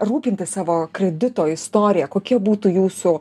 rūpintis savo kredito istorija kokie būtų jūsų